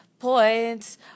Points